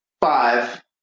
Five